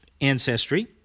ancestry